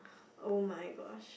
oh-my-gosh